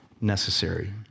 necessary